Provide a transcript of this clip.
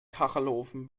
kachelofen